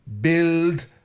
Build